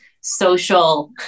social